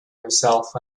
himself